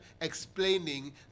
explaining